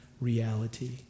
reality